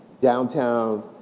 downtown